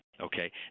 Okay